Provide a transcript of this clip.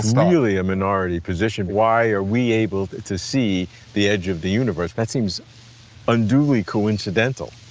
so really a minority position. why are we able to see the edge of the universe? that seems unduly coincidental.